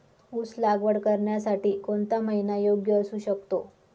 ऊस लागवड करण्यासाठी कोणता महिना योग्य असू शकतो?